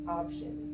option